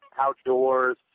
outdoors